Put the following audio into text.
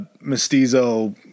mestizo